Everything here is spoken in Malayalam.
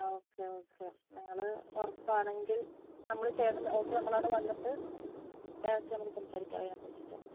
ആ ഓക്കെ ഓക്കെ നിങ്ങള് ഉറപ്പാണെങ്കിൽ നമ്മള് ചെയ്യേണ്ടത് ഓക്കെ നമ്മളവിടെ വന്നിട്ട് ഡയറക്റ്റ് നമുക്ക് സംസാരിക്കാം അതിനെക്കുറിച്ചിട്ട്